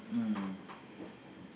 mm